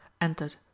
entered